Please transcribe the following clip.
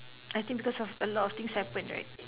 I think because of a lot of things happen right